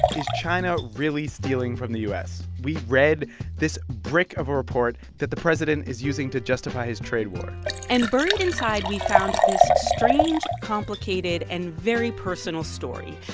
is china really stealing from the u s? we read this brick of a report that the president is using to justify his trade war and buried inside, we found this strange, complicated and very personal story.